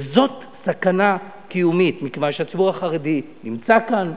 וזאת סכנה קיומית, מכיוון שהציבור החרדי נמצא כאן,